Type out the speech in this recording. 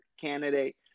candidate